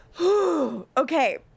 okay